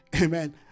amen